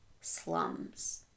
slums